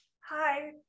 Hi